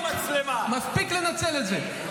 מספיק לנצל את זה.